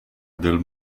del